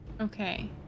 okay